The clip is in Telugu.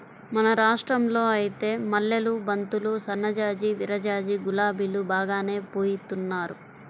మన రాష్టంలో ఐతే మల్లెలు, బంతులు, సన్నజాజి, విరజాజి, గులాబీలు బాగానే పూయిత్తున్నారు